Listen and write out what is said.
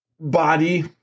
Body